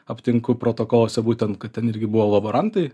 aptinku protokoluose būtent kad ten irgi buvo laborantai